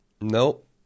Nope